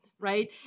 right